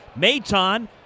Maton